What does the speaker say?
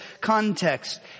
context